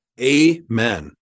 Amen